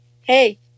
hey